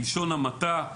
בלשון המעטה,